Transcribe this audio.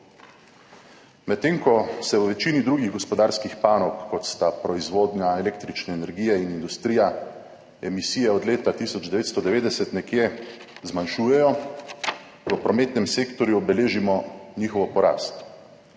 Medtem ko se v večini drugih gospodarskih panog, kot sta proizvodnja električne energije in industrija, emisije nekje od leta 1990 zmanjšujejo, v prometnem sektorju beležimo njihovo porast.